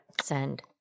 Send